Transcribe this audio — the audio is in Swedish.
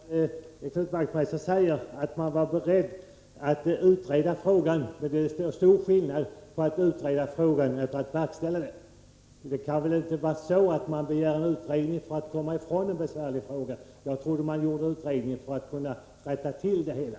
Herr talman! Jag blir förvånad när Knut Wachtmeister säger att man var beredd att utreda frågan och att det är stor skillnad mellan att utreda och att verkställa. Det kan väl inte vara så att man begär en utredning för att komma ifrån en besvärlig fråga? Jag trodde att man gjorde en utredning för att kunna rätta till det hela.